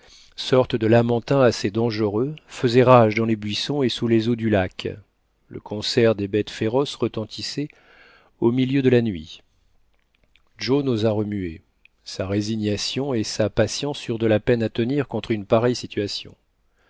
sorte de lamentin assez dangereux faisaient rage dans les buissons et sous les eaux du lac le concert des bêtes féroces retentissait au milieu de la nuit joe n'osa remuer sa résignation et sa patience eurent de la peine à tenir contre une pareille situation